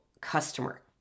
customer